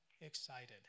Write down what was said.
excited